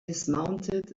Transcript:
dismounted